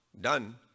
done